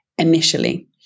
Initially